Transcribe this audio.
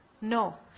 No